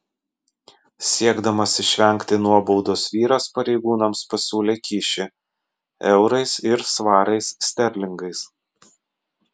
siekdamas išvengti nuobaudos vyras pareigūnams pasiūlė kyšį eurais ir svarais sterlingais